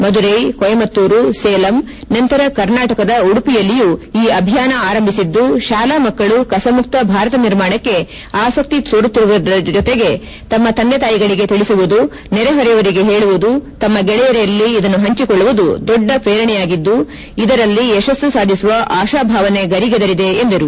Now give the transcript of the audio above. ಮಧುರ್ಕ್ತ ಕೊಯಮತ್ತೂರು ಸೇಲಂ ನಂತರ ಕರ್ನಾಟಕದ ಉಡುಪಿಯಲ್ಲಿಯೂ ಈ ಅಭಿಯಾನ ಆರಂಭಿಸಿದ್ದು ಶಾಲಾ ಮಕ್ಕಳು ಕಸಮುಕ್ತ ಭಾರತ ನಿರ್ಮಾಣಕ್ಕೆ ಆಸಕ್ತ ತೋರುತ್ತಿರುವುದರ ಜೊತೆಗೆ ತಮ್ಮ ತಂದೆ ತಾಯಿಗಳಿಗೆ ತಿಳಿಸುವುದು ನೆರೆಹೊರೆಯವರಿಗೆ ಹೇಳುವುದು ತಮ್ಮ ಗೆಳೆಯರಲ್ಲಿ ಇದನ್ನು ಪಂಚಿಕೊಳ್ಳುವುದು ದೊಡ್ಡ ಪ್ರೇರಣೆಯಾಗಿದ್ದು ಇದರಲ್ಲಿ ಯಶಸ್ತು ಸಾಧಿಸುವ ಆಶಾಭಾವನೆ ಗರಿಗೆದರಿದೆ ಎಂದರು